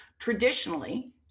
traditionally